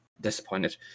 disappointed